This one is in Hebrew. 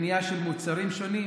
לקנייה של מוצרים שונים,